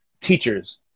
teachers